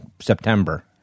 September